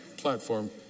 platform